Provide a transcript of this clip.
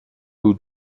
who